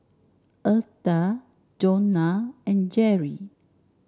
Eartha Jonna and Jerrie